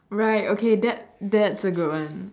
right okay that that's a good one